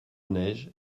neige